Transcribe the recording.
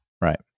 right